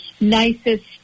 nicest